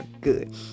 good